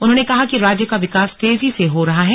उन्होंने कहा कि राज्य का विकास तेजी से हो रहा है